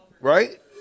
Right